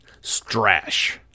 Strash